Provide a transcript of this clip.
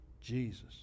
Jesus